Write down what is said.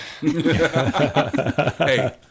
Hey